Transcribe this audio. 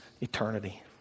eternity